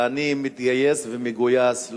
ואני מתגייס ומגויס,